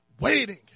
waiting